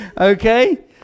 okay